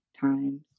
times